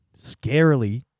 scarily